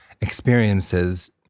experiences